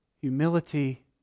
humility